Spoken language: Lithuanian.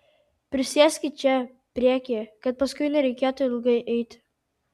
prisėskit čia priekyje kad paskui nereikėtų ilgai eiti